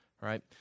right